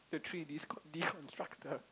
the three D deconstructors